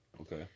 Okay